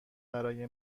برای